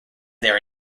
their